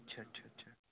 اچھا اچھا اچھا